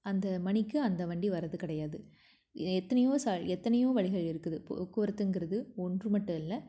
அந்த மணிக்கு அந்த வண்டி வரது கிடையாது எ எத்தனையோ சால் எத்தனையோ வழிகள் இருக்குது போக்குவரதுங்கிறது ஒன்று மட்டும் இல்லை